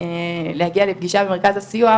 להגיע לפגישה במרכז הסיוע,